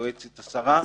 יועץ השרה.